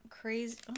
Crazy